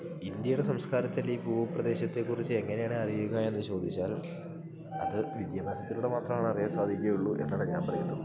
ഇന്ത്യയുടെ സംസ്കാരത്തിൽ ഈ ഭൂ പ്രദേശത്തെക്കുറിച്ച് എങ്ങനെയാണ് അറിയുക എന്ന് ചോദിച്ചാൽ അത് വിദ്യാഭ്യാസത്തിലൂടെ മാത്രമാണ് അറിയാൻ സാധിക്കുകയുള്ളൂ എന്നാണ് ഞാൻ പറയുന്നത്